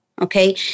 Okay